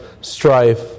strife